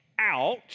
out